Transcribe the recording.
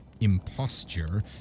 imposture